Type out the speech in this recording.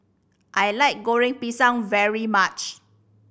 I like Goreng Pisang very much